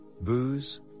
booze